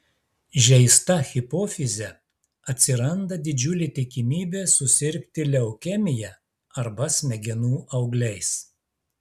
žeista hipofize atsiranda didžiulė tikimybė susirgti leukemija arba smegenų augliais